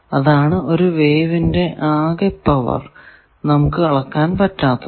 അതുകൊണ്ടാണ് ഒരു വേവിന്റെ ആകെ പവർ നമുക്ക് അളക്കാൻ പറ്റാത്തത്